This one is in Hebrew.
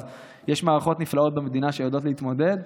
אז יש מערכות נפלאות במדינה, שיודעות להתמודד,